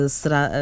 será